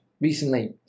recently